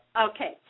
Okay